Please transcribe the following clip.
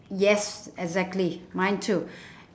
yes exactly mine too